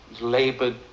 labored